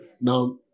Now